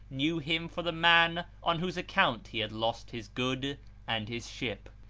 knew him for the man on whose account he had lost his good and his ship,